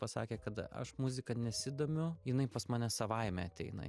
pasakė kad aš muzika nesidomiu jinai pas mane savaime ateina